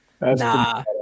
Nah